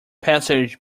passage